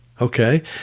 okay